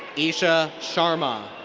esha sharma.